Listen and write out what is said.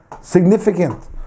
significant